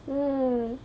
mm